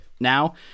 Now